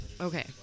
Okay